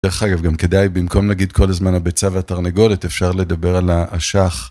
דרך אגב, גם כדאי במקום להגיד כל הזמן הביצה והתרנגולת, אפשר לדבר על האשך.